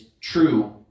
true